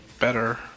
better